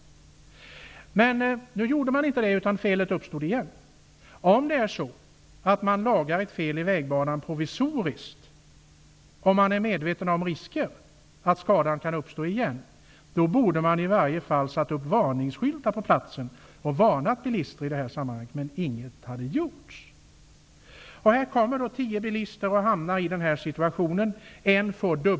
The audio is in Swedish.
Nu gjorde man inte det, utan skadan uppkom på nytt. Om man provisoriskt lagar ett fel i vägbanan och är medveten om att det medför risker, borde man i varje fall ha satt upp varningsskyltar på platsen, som hade varnat bilisterna, men ingenting hade gjorts i det avseendet. Här kom alltså tio bilar, varav en fick dubbelpunktering.